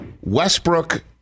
Westbrook